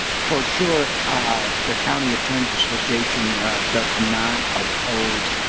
for sure the county attorneys association does not oppose and